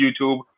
YouTube